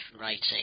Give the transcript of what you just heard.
writing